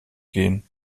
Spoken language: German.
gehen